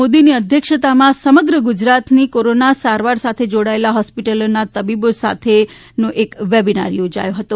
મોદીની અધ્યક્ષતામાં સમગ્ર ગુજરાતની કોરોના સારવાર સાથે જોડાયેલ હોસ્પિટલના તબીબો સાથે વેબીનાર યોજાયો હતો